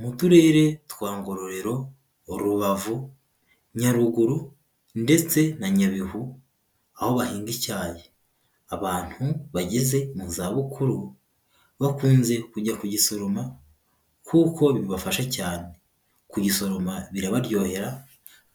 Mu turere twa Ngororero, Rubavu, Nyaruguru ndetse na Nyabihu, aho bahinga icyayi, abantu bageze mu zabukuru, bakunze kujya kugisoroma kuko bibafasha cyane, kugisoroma birabaryohera